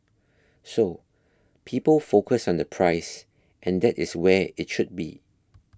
so people focus on the price and that is where it should be